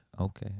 Okay